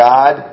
God